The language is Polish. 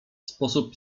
sposób